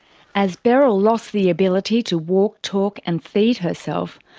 as beryl lost the ability to walk, talk and feed herself,